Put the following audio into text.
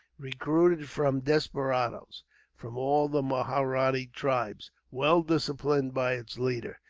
recruited from desperadoes from all the mahratta tribes, well disciplined by its leader,